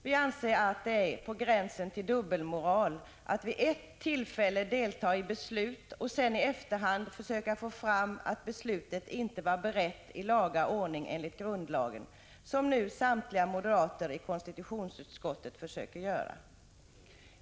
Vi anser att det är på gränsen till dubbelmoral att delta i ett beslut och sedan i efterhand försöka få det till att beslutet inte var berett i laga ordning enligt grundlagen, som samtliga moderater i konstitutionsutskottet nu gör.